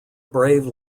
brave